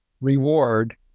reward